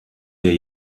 der